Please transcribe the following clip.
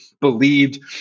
believed